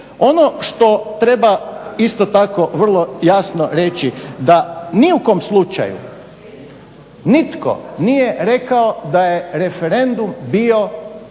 Ono što treba isto tako vrlo jasno reći da ni u kom slučaju nitko nije rekao da je referendum